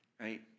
right